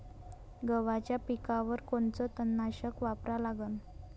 गव्हाच्या पिकावर कोनचं तननाशक वापरा लागन?